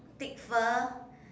thick fur